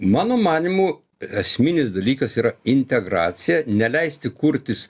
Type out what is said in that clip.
mano manymu esminis dalykas yra integracija neleisti kurtis